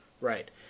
Right